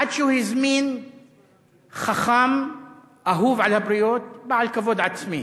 עד שהוא הזמין חכם אהוב על הבריות בעל כבוד עצמי.